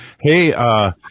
Hey